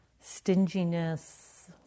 stinginess